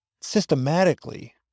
systematically